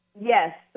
Yes